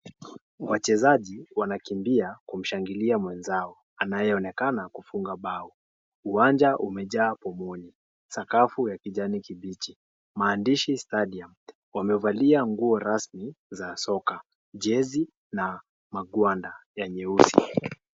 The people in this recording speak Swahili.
Wachezaji wanakimbia kumshangilia mwenzao anayeonekana kufunga bao , uwanja umejaa pomoni , sakafu ya kijani kibichi. Maandishi stadium, wamevalia nguo rasmi za soka , jezi na magwanda ya nyeusi.